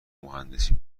مهندسی